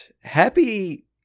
Happy